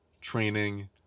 training